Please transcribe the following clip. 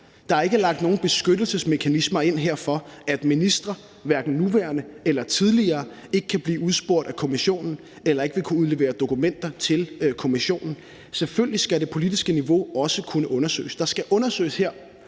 Der er ikke lagt nogen beskyttelsesmekanismer ind her for, at ministre, hverken nuværende eller tidligere, ikke kan blive udspurgt af kommissionen eller ikke vil kunne udlevere dokumenter til kommissionen. Selvfølgelig skal det politiske niveau også kunne undersøges. Der skal undersøges,